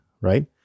right